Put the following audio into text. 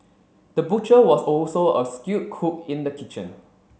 the butcher was also a skilled cook in the kitchen